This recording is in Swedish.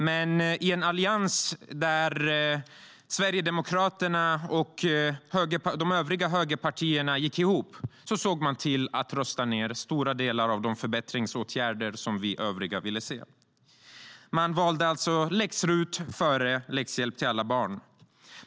Men en allians mellan Sverigedemokraterna och de övriga högerpartierna såg till att rösta ned stora delar av de förbättringsåtgärder som vi övriga ville se. Man valde alltså läx-RUT före läxhjälp till alla barn.